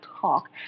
talk